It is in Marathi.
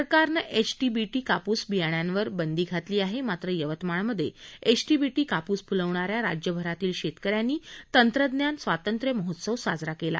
सरकारनं एचटीबीटी कापूस बियाण्यावर बंदी घातली आहे मात्र यवतमाळमध्ये एचटीबीटी कापूस फुलवणाऱ्या राज्यभरातील शेतकऱ्यांनी तंत्रज्ञान स्वातंत्र्य महोत्सव साजरा केला